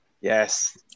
Yes